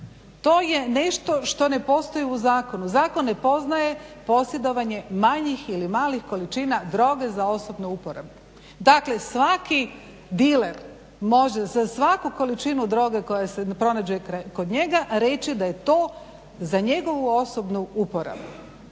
To je nešto što ne postoji u zakonu. Zakon ne poznaje posjedovanje manjih ili malih količina droge za osobnu uporabu. Dakle, svaki diler može za svaku količinu droge koja se pronađe kod njega reći da je to za njegovu osobnu uporabu.